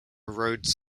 rhodes